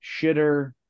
shitter